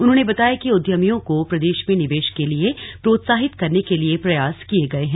उन्होंने बताया कि उद्यमियों को प्रदेश में निवेश के लिए प्रोत्साहित करने के लिए प्रयास किये गए हैं